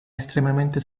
estremamente